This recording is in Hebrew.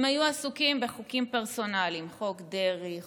היו עסוקים בחוקים פרסונליים: חוק דרעי,